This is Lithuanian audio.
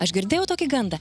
aš girdėjau tokį gandą